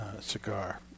cigar